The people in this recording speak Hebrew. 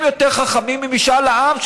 הם יותר חכמים ממשאל העם,